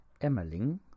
Emmerling